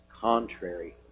contrary